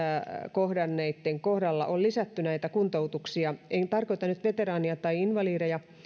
kohdanneitten kohdalla on lisätty kuntoutuksia en tarkoita nyt veteraaneja tai invalideja